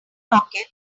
rocket